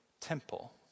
temple